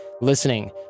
listening